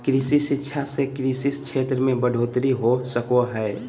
कृषि शिक्षा से कृषि क्षेत्र मे बढ़ोतरी हो सको हय